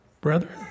brethren